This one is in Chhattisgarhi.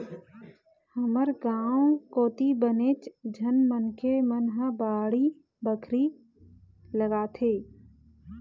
हमर गाँव कोती बनेच झन मनखे मन ह बाड़ी बखरी लगाथे